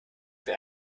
wer